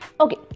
Okay